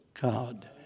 God